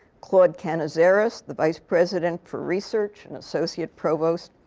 claude canizares, the vice president for research and associate provost.